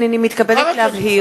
הנני מתכבדת להבהיר,